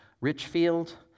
Richfield